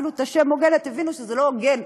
אפילו את השם "הוגנת" הבינו שזה לא הוגן,